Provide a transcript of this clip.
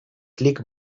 klik